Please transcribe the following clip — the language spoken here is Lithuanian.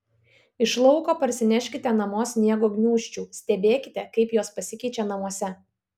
iš lauko parsineškite namo sniego gniūžčių stebėkite kaip jos pasikeičia namuose